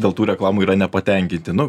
dėl tų reklamų yra nepatenkinti nu